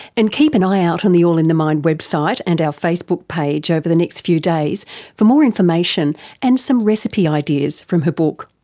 and keep an eye out on the all in the mind website and our facebook page over the next few days for more information and some recipe ideas from her book.